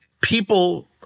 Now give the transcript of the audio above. people